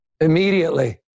immediately